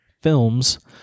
Films